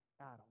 Adam